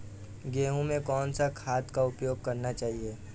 गेहूँ में कौन सा खाद का उपयोग करना चाहिए?